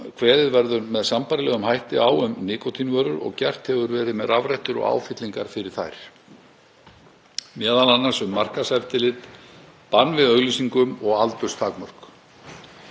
kveðið verður með sambærilegum hætti á um nikótínvörur og gert hefur verið með rafrettur og áfyllingar fyrir þær, m.a. um markaðseftirlit, bann við auglýsingum og aldurstakmörk.